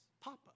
papa